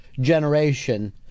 generation